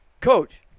Coach